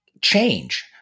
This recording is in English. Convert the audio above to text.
change